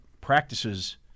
practices